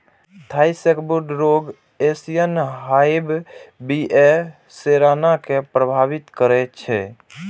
Thai sacbrood रोग Asian hive बी.ए सेराना कें प्रभावित करै छै